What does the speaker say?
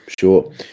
sure